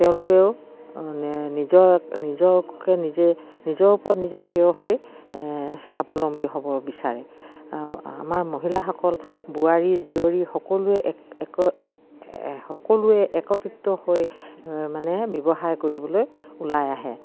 তেওঁলোকেও নিজৰ নিজকে নিজে নিজৰ ওপৰত নিজে থিয় হৈ স্বাৱলম্বী হ'ব বিচাৰে আৰু আমাৰ মহিলাসকল বোৱাৰী জীয়ৰী সকলোৱে এক এক সকলোৱে একত্ৰিত হৈ মানে ব্যৱসায় কৰিবলৈ ওলাই আহে